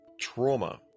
trauma